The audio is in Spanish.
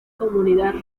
comunidad